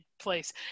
place